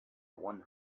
one